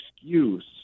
excuse